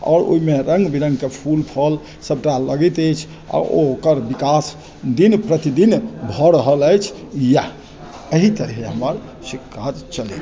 आओर ओहिमे रङ्ग विरङ्गके फूल फल सभटा लगैत अछि आ ओकर विकास दिन प्रतिदिन भऽ रहल अछि इएह एहि तरहे हमर से काज चलैत अछि